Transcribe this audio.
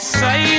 say